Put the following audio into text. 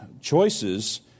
choices